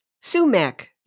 sumac